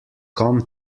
come